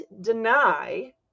deny